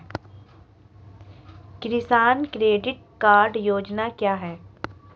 किसान credit card योजना क्या है?